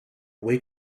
wake